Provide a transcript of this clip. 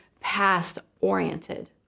past-oriented